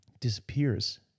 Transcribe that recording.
disappears